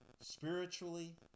Spiritually